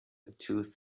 tooth